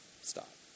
stop